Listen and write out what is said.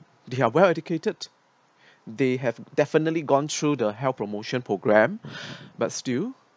they are well educated they have definitely gone through the health promotion programme but still